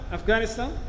Afghanistan